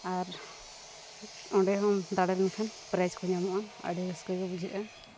ᱟᱨ ᱚᱸᱰᱮ ᱦᱚᱸᱢ ᱫᱟᱲᱮ ᱞᱮᱱᱠᱷᱟᱱ ᱯᱨᱟᱭᱤᱡᱽ ᱠᱚ ᱧᱟᱢᱚᱜᱼᱟ ᱟᱹᱰᱤ ᱨᱟᱹᱥᱠᱟᱹᱜᱮ ᱵᱩᱡᱷᱟᱹᱜᱼᱟ